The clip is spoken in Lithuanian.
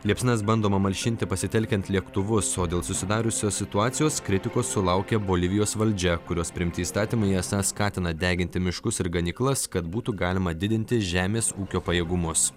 liepsnas bandoma malšinti pasitelkiant lėktuvus o dėl susidariusios situacijos kritikos sulaukia bolivijos valdžia kurios priimti įstatymai esą skatina deginti miškus ir ganyklas kad būtų galima didinti žemės ūkio pajėgumus